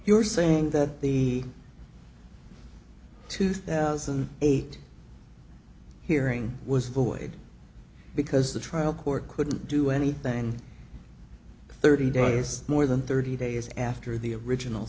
you're saying that the two thousand and eight hearing was voided because the trial court couldn't do anything thirty days more than thirty days after the original